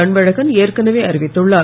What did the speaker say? அன்பழகன் ஏற்கனவே அறிவித்துள்ளார்